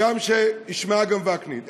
שישמע גם וקנין.